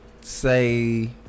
say